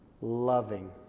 loving